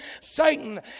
Satan